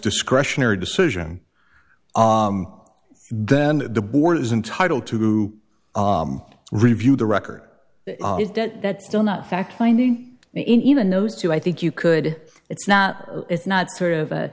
discretionary decision then the board is entitled to review the record is that that's still not fact finding in even those two i think you could it's not it's not sort of